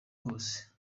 hose